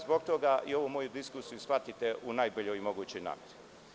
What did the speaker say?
Zbog toga ovu moju diskusiju shvatite u najboljoj mogućoj nameri.